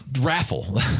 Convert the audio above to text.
Raffle